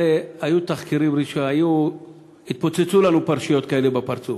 הרי היו תחקירים, התפוצצו לנו פרשיות כאלה בפרצוף,